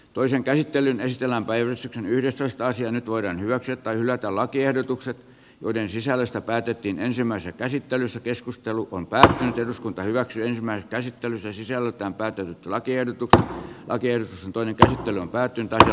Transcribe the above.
toisen käsittelyn ystävänpäivä on yhdestoista nyt voidaan hyväksyä tai hylätä lakiehdotukset joiden sisällöstä päätettiin ensimmäisessä käsittelyssä keskustelu kun pääsee nyt eduskunta hyväksyi ryhmä käsitteli fyysiseltä on päätynyt lakien tultua alger n toinen käsittely päättyy tänään